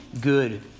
good